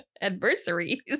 Adversaries